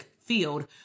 field